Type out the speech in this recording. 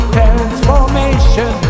transformation